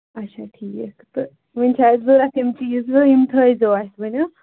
اَچھا ٹھیٖک تہٕ یِم چھِ اَسہِ ضروٗرت یِم چیٖز یِم تھٲوزیٚو اَسہِ ؤنِو